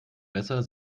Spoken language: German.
besser